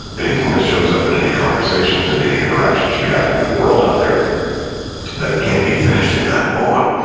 anything that shows up in any conversations and any interactions you have in your world out there that can't be finished in that moment,